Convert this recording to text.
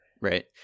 Right